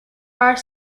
are